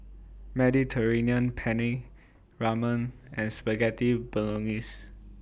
Mediterranean Penne Ramen and Spaghetti Bolognese